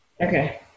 Okay